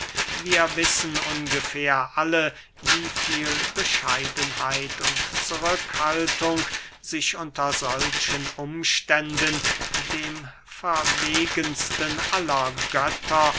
wir wissen ungefähr alle wie viel bescheidenheit und zurückhaltung sich unter solchen umständen dem verwegensten aller götter